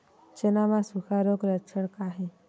चना म सुखा रोग के लक्षण का हे?